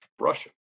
Russia